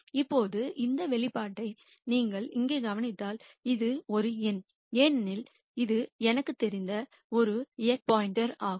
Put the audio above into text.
இப்போது இந்த வெளிப்பாட்டை நீங்கள் இங்கே கவனித்தால் இது ஒரு எண் ஏனெனில் இது எனக்குத் தெரிந்த ஒரு x ஆகும்